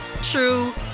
true